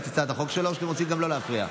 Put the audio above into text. את הצעת החוק שלו או שאתם רוצים גם לא להפריע?